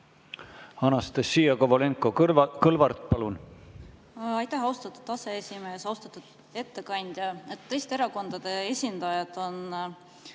Anastassia Kovalenko-Kõlvart, palun! Aitäh, austatud aseesimees! Austatud ettekandja! Teiste erakondade esindajad on